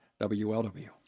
WLW